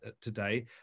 today